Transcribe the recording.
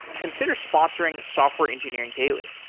consider sponsoring software engineering daily.